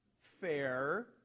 fair